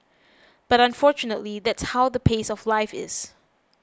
but unfortunately that's how the pace of life is